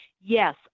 Yes